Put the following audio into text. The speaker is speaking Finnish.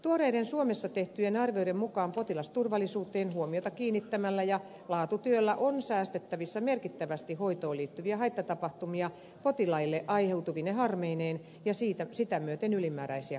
tuoreiden suomessa tehtyjen arvioiden mukaan potilasturvallisuuteen huomiota kiinnittämällä ja laatutyöllä on säästettävissä merkittävästi hoitoon liittyviä haittatapahtumia potilaille aiheutuvine harmeineen ja sitä myöten ylimääräisiä kustannuksia